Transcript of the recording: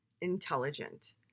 intelligent